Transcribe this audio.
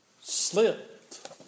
slipped